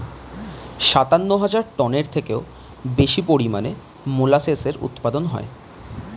সাতান্ন হাজার টনের থেকেও বেশি পরিমাণে মোলাসেসের উৎপাদন হয়